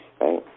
right